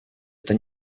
это